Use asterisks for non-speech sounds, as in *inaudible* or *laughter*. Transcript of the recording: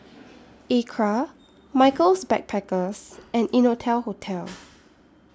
Acra Michaels Backpackers and Innotel Hotel *noise*